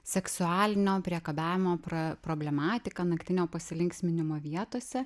seksualinio priekabiavimo pra problematiką naktinio pasilinksminimo vietose